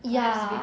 ya